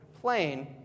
plane